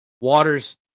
Water's